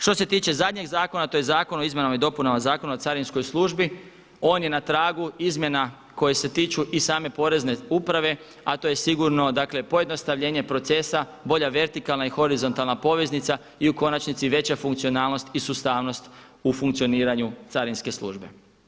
Što se tiče zadnjeg zakona, to je Zakon o izmjenama i dopunama Zakona o carinskoj službi, on je na tragu izmjena koje se tiču i same porezne uprave a to je sigurno dakle pojednostavljenje procesa, bolja vertikalna i horizontalna poveznica i u konačnici veća funkcionalnost i sustavnost u funkcioniranju carinske službe.